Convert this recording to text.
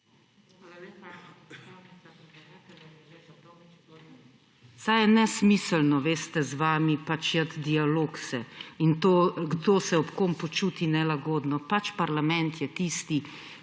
se je nesmiselno, veste, z vami pač iti dialog; in kdo se ob kom počuti nelagodno. Parlament je tisti,